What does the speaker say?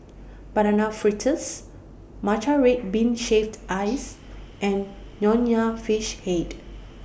Banana Fritters Matcha Red Bean Shaved Ice and Nonya Fish Head